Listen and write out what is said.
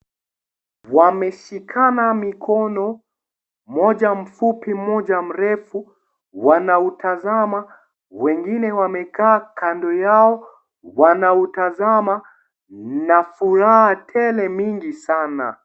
Wameshikana mikono, mmoja mfupi, mmoja mrefu. Wanautazama, wengine wamekaa kando yao. Wanautazama na furaha tele mingi sana.